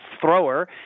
Thrower